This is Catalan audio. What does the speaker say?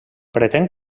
pretén